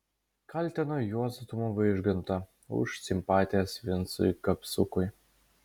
kaltino juozą tumą vaižgantą už simpatijas vincui kapsukui